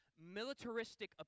militaristic